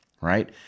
right